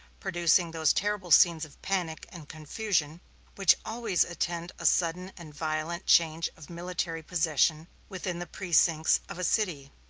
producing those terrible scenes of panic and confusion which always attend a sudden and violent change of military possession within the precincts of a city.